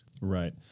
Right